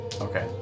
Okay